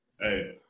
hey